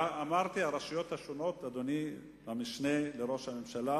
אמרתי שהרשויות השונות, אדוני המשנה לראש הממשלה,